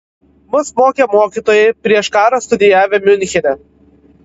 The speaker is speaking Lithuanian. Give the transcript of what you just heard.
mus mokė mokytojai prieš karą studijavę miunchene